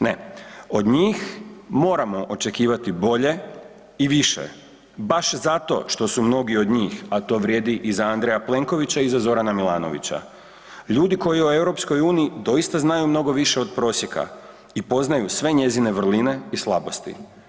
Ne, od njih moramo očekivati bolje i više, baš zato što su mnogi od njih, a to vrijedi i za Andreja Plenkovića i za Zorana Milanovića, ljudi koji o EU doista znaju mnogo više od prosjeka i poznaju sve njezine vrline i slabosti.